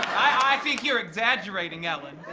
i think you're exaggerating, ellen.